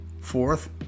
Fourth